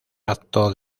acto